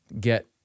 get